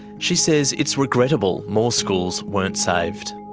she says it's regrettable more schools weren't saved.